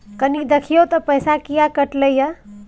कनी देखियौ त पैसा किये कटले इ?